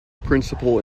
principal